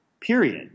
period